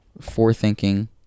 Forethinking